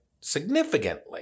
significantly